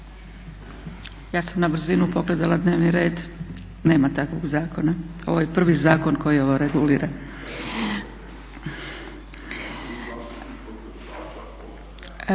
Ja sam na brzinu pogledala dnevni red. Nema takvog zakona, ovo je prvi zakon koji ovo regulira.